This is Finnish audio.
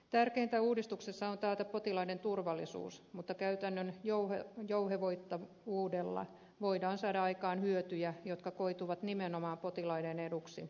tärkeintä uudistuksessa on taata potilaiden turvallisuus mutta käytännön jouhevoittavuudella voidaan saada aikaan hyötyjä jotka koituvat nimenomaan potilaiden eduksi